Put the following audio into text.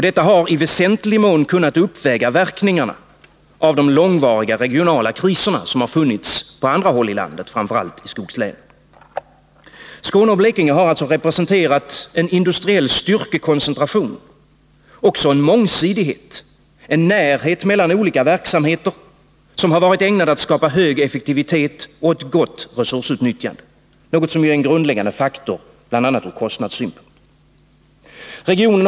Detta har i väsentlig mån kunnat uppväga verkningarna av de långvariga regionala kriserna på andra håll i landet, framför allt i skogslänen. Skåne och Blekinge har alltså representerat en industriell styrkekoncentration, liksom också en mångsidighet och en närhet mellan olika verksamheter som har varit ägnad att skapa hög effektivitet och ett gott resultatsutnyttjande, något som är en grundläggande faktor från bl.a. kostnadssynpunkt.